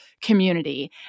community